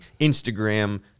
Instagram